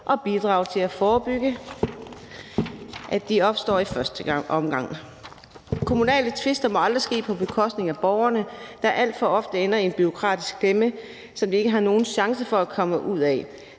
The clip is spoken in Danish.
og bidrage til at forebygge, at de opstår i første omgang. Kommunale tvister må aldrig ske på bekostning af borgerne, der alt for ofte ender i en bureaukratisk klemme, som de ikke har nogen chance for at komme ud af.